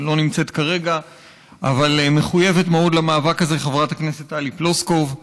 שלא נמצאת כרגע אבל מחויבת מאוד למאבק הזה: חברת הכנסת טלי פלוסקוב.